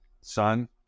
son